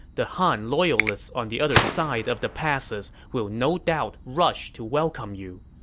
the han loyalists on the other side of the passes will no doubt rush to welcome you.